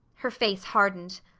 her face hardened.